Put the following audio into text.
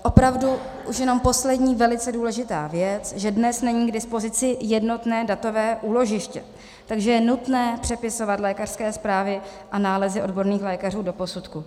Opravdu už jenom poslední velice důležitá věc, že dnes není k dispozici jednotné datové úložiště, takže je nutné přepisovat lékařské zprávy a nálezy odborných lékařů do posudku.